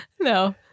No